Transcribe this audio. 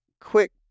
quick